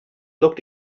looked